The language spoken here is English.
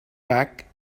back